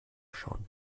schauen